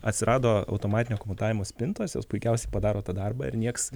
atsirado automatinio komutavimo spintos jos puikiausiai padaro tą darbą ir nieks